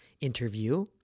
interview